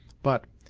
but,